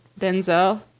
Denzel